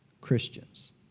Christians